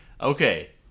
okay